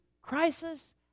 crisis